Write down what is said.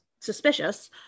suspicious